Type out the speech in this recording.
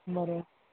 बरं